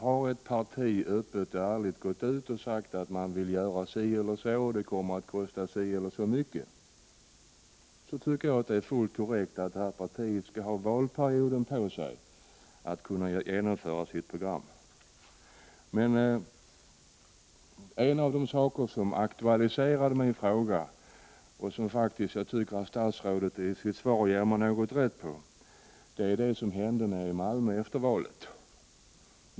Har ett parti öppet och ärligt gått ut och sagt att man vill göra si eller så till en viss kostnad, är det fullt korrekt att detta parti skall ha valperioden på sig för att genomföra sitt program. En av de saker som jag aktualiserade i min fråga och som statsrådet i svaret ger mig rätt i är det som hände i Malmö efter valet.